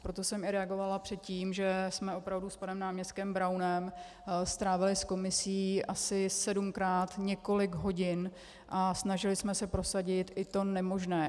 Proto jsem i reagovala předtím, že jsme opravdu s panem náměstkem Braunem strávili s komisí asi sedmkrát několik hodin a snažili jsme se prosadit i to nemožné.